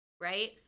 right